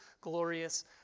glorious